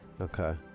Okay